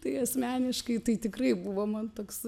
tai asmeniškai tai tikrai buvo man toks